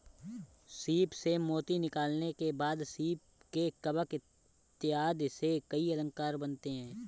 सीप से मोती निकालने के बाद सीप के कवच इत्यादि से कई अलंकार बनते हैं